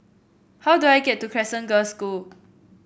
how do I get to Crescent Girls' School